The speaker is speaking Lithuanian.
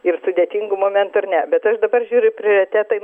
ir sudėtingu momentu ir ne bet aš dabar žiūriu prioritetai